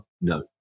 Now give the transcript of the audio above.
No